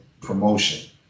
promotion